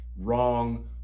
wrong